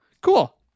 cool